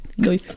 No